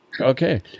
Okay